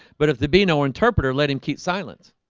but if the be no interpreter, let him keep silence